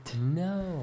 No